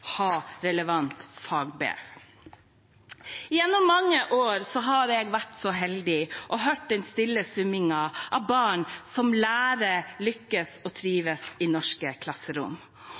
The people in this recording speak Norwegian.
ha relevant fagbrev. Gjennom mange år har jeg vært så heldig å høre den stille summingen av barn som lærer, lykkes og trives i norske klasserom.